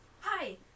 Hi